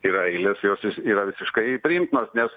yra eilės jos yra visiškai priimtinos nes